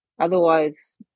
Otherwise